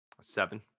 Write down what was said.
Seven